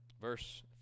Verse